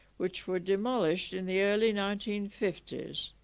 which were demolished in the early nineteen fifty s